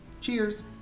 Cheers